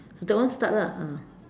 so that one start lah ah